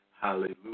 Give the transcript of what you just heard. Hallelujah